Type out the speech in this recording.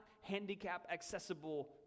handicap-accessible